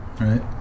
right